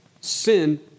Sin